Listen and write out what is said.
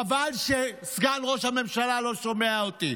חבל שסגן ראש הממשלה לא שומע אותי.